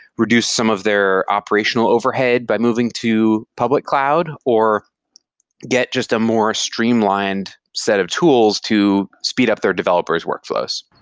reduce some of their operational overhead by moving to public cloud, or get just a more streamlined set of tools to speed up their developer s workflows.